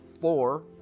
four